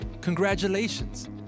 congratulations